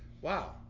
wow